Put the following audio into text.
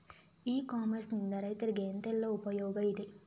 E commerce ನಿಂದ ರೈತರಿಗೆ ಎಂತೆಲ್ಲ ಉಪಯೋಗ ಇದೆ?